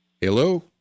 Hello